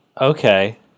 Okay